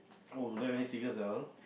oh you don't have any secrets at all